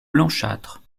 blanchâtres